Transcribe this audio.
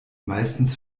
meistens